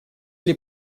деле